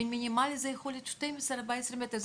ומינימלית יכול להיות 12 או אפילו 14 מטר,